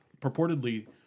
purportedly